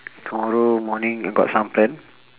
tomorrow morning I got some plan